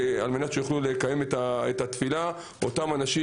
על מנת שיוכלו לקיים את התפילה אותם אנשים